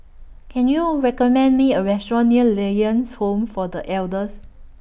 Can YOU recommend Me A Restaurant near Lions Home For The Elders